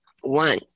One